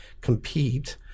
compete